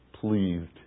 pleased